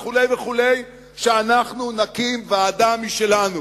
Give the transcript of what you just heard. וכו' וכו' שאנחנו נקים ועדה משלנו,